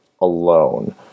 alone